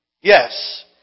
Yes